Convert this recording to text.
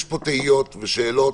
יש פה תהיות ושאלות,